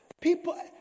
People